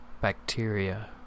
bacteria